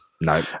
No